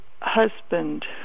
husband